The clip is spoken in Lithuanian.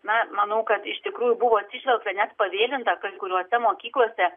na manau kad iš tikrųjų buvo atsižvelgta net pavėlinta kai kuriose mokyklose